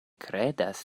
kredas